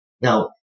Now